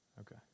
Okay